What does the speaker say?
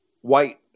white